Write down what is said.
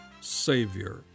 Savior